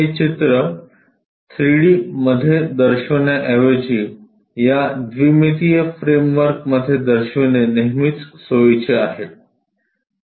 हे चित्र 3 डी मध्ये दर्शविण्याऐवजी या द्विमितीय फ्रेमवर्क मध्ये दर्शविणे नेहमीच सोयीचे आहे